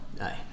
aye